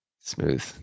smooth